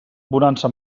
bonança